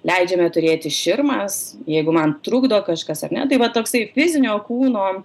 leidžiame turėti širmas jeigu man trukdo kažkas ar ne tai va toksai fizinio kūno